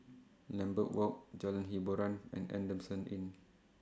Lambeth Walk Jalan Hiboran and Adamson Inn